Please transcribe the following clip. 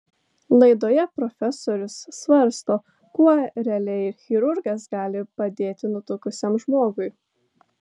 laidoje profesorius svarsto kuo realiai chirurgas gali padėti nutukusiam žmogui